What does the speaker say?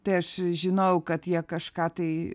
tai aš žinojau kad jie kažką tai